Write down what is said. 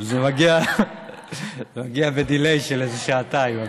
זה מגיע ב-delay של איזה שעתיים,